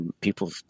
people